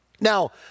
Now